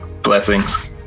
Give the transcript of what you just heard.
blessings